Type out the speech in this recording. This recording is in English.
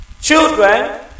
Children